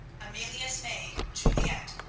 amelia's maid, juliette,